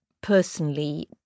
personally